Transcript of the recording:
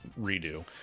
redo